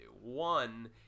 One